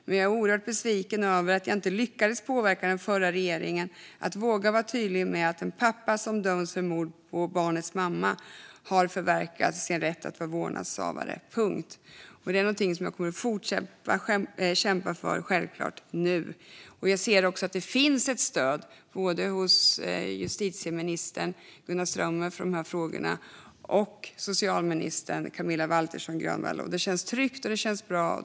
Men jag är oerhört besviken över att jag inte lyckades påverka den förra regeringen att våga vara tydlig med att en pappa som döms för mord på barnets mamma har förverkat sin rätt att vara vårdnadshavare - punkt. Det är något som jag självklart kommer att fortsätta kämpa för. Jag ser också att det finns stöd för de frågorna, både hos justitieminister Gunnar Strömmer och socialminister Camilla Waltersson Grönvall. Det känns tryggt och bra.